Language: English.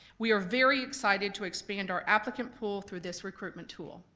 we are very excited to expand our applicant pool through this recruitment tool.